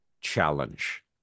challenge